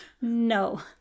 No